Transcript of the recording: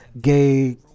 gay